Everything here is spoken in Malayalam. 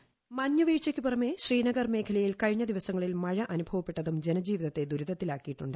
വോയിസ് മഞ്ഞ് വീഴ്ച്ചക്ക് പുറമെ ശ്രീനഗർ മേഖലയിൽ കഴിഞ്ഞ ദിവസങ്ങളിൽ മഴ അനുഭവപ്പെട്ടതും ജനജീവിതത്തെ ദുരിതത്തിലാക്കിയിട്ടുണ്ട്